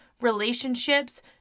relationships